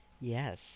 Yes